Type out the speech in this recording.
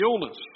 illness